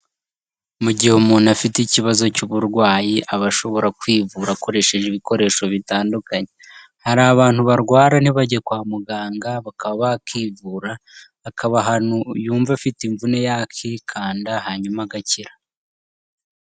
Mu gihe umuntu afite ikibazo cy'uburwayi, aba ashobora kwivura akoresheje ibikoresho bitandukanye. Hari abantu barwara ntibajye kwa muganga bakaba bakivura, akaba ahantu yumva afite imvune yakikanda hanyuma agakira.